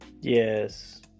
Yes